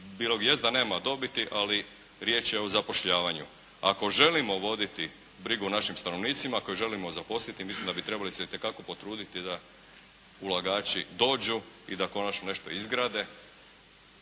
jest da nema dobiti ali riječ je o zapošljavanju. Ako želimo voditi brigu o našim stanovnicima, ako ih želimo zaposliti mislim da bi trebali se itekako potruditi da ulagači dođu i da konačno nešto izgrade.